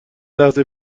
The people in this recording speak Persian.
لحظه